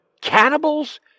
Cannibals